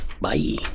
Bye